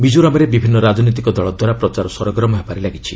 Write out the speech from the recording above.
ମିକୋରାମ୍ରେ ବିଭିନ୍ନ ରାଜନୈତିକ ଦଳ ଦ୍ୱାରା ପ୍ରଚାର ସରଗରମ ହେବାରେ ଲାଗିଛି